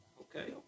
okay